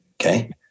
okay